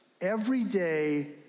everyday